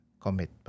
commit